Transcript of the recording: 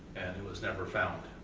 and it was never found.